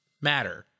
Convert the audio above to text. matter